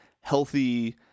healthy